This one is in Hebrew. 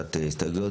להגשת הסתייגויות.